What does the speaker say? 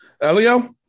Elio